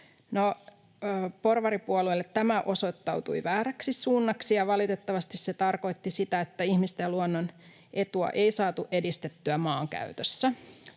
porvaripuolueille tämä osoittautui vääräksi suunnaksi, ja valitettavasti se tarkoitti sitä, että ihmisten ja luonnon etua ei saatu edistettyä maankäytössä.